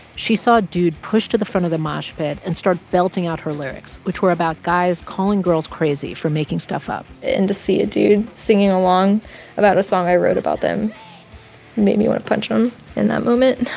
she saw a dude push to the front of the mosh pit and started belting out her lyrics, which were about guys calling girls crazy for making stuff up and to see a dude singing along about a song i wrote about them made me want to punch him in that moment.